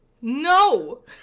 No